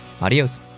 Adios